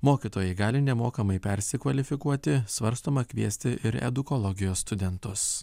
mokytojai gali nemokamai persikvalifikuoti svarstoma kviesti ir edukologijos studentus